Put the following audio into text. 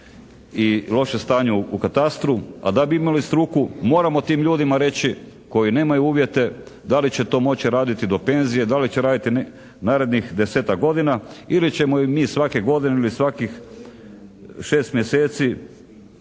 i loše stanje u katastru, a da bi imali struku moramo tim ljudima reći koji nemaju uvjete da li će to moći raditi do penzije, da li će raditi narednih 10-tak godina ili ćemo im mi svake godine ili svakih 6 mjeseci